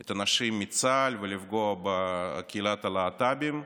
את הנשים מצה"ל ולפגוע בקהילת הלהט"בים,